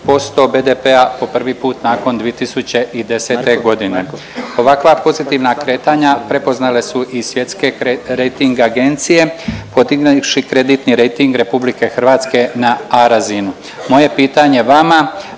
60% BDP-a po prvi put nakon 2010. godine. Ovakva pozitivna kretanja prepoznale su i svjetske rejting agencije podignuvši kreditni rejting Republike Hrvatske na A razinu. Moje pitanje vama